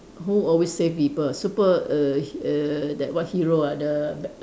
who always save people super err he~ err that what hero are the